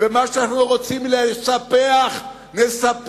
ומה שאנחנו רוצים לספח נספח,